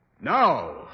Now